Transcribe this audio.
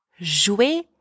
jouer